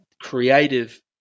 creative